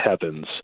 heavens